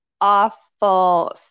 awful